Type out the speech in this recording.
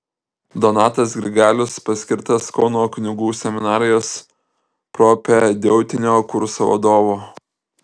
donatas grigalius paskirtas kauno kunigų seminarijos propedeutinio kurso vadovu